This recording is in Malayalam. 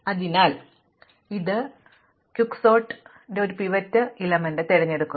അതിനാൽ ഇത് ദ്രുതഗതിയിലുള്ള അടുക്കൽ ഒരു പിവറ്റ് ഘടകം തിരഞ്ഞെടുക്കുക